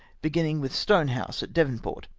beginning with stonehouse at devonport.